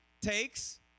takes